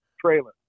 trailer